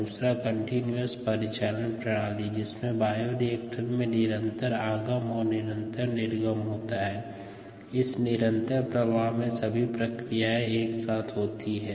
दूसरा कंटीन्यूअस परिचालन प्रणाली है जिसमे बायोरिएक्टर में निरंतर आगम और निरंतर निर्गम होता है और इस निरंतर प्रवाह में सभी प्रक्रियाएं एक साथ होती हैं